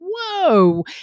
whoa